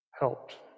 helped